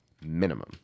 minimum